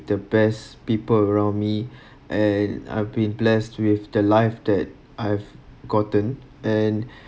the best people around me and I've been blessed with the life that I've gotten and